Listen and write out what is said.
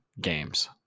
games